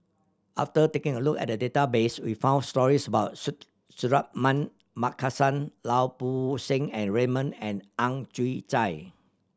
after taking a look at the database we found stories about Suratman Markasan Lau Poo Seng Raymond and Ang Chwee Chai